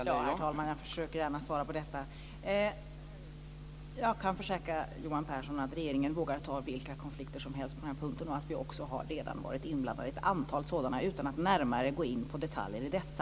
Herr talman! Jag försöker gärna svara på detta. Jag kan försäkra Johan Pehrson att regeringen vågar ta vilka konflikter som helst på denna punkt och att vi redan har varit inblandade i ett antal sådana, utan att närmare gå in på detaljer i dessa.